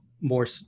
more